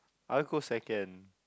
I want go second